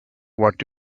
what